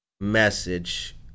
message